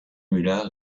müller